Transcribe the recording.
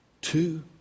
Two